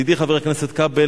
ידידי חבר הכנסת כבל,